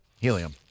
helium